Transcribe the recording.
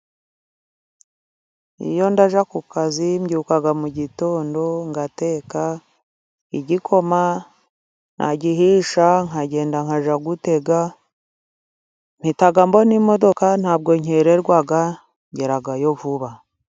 Iyo ndajya ku kazi mbyuka mu gitondo ngateka igikoma, nagihisha nkagenda nkajya gutega, mpita mbona imodoka ntabwo nkererwa ngerayo vuba.